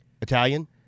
Italian